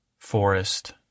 forest